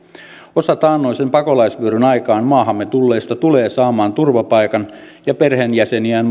osa taannoisen pakolaisvyöryn aikaan maahamme tulleista tulee saamaan turvapaikan ja perheenjäseniään